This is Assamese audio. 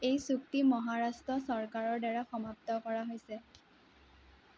এই চুক্তি মহাৰাষ্ট্ৰ চৰকাৰৰ দ্বাৰা সমাপ্ত কৰা হৈছে